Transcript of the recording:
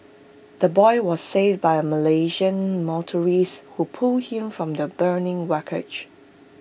the boy was saved by A Malaysian motor who pulled him from the burning wreckage